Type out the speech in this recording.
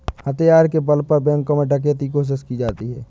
हथियार के बल पर बैंकों में डकैती कोशिश की जाती है